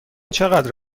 چقدر